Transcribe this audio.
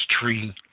tree